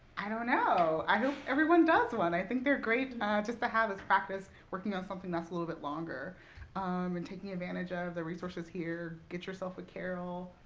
i don't know i hope everyone does one. i think they're great just to have as practice, working on something that's a little bit longer um and taking advantage of the resources here. get yourself a carol.